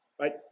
right